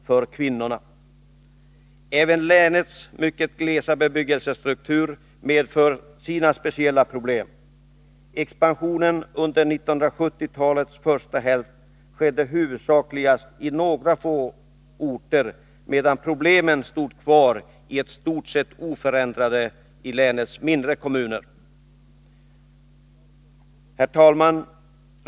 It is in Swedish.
Tisdagen den Aven länets mycket glesa bebyggelsestruktur medför speciella problem. 10 maj 1983 Expansionen under 1970-talets första hälft skedde huvudsakligen i några få orter, medan problemen stod kvar i stort sett oförändrade i länets mindre botten Herr talman!